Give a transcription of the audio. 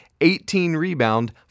18-rebound